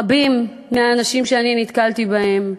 רבים מהאנשים שאני נתקלתי בהם,